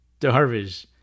Darvish